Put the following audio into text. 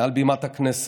מעל בימת הכנסת,